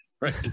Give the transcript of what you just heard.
Right